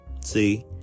See